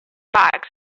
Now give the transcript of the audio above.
bags